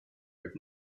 with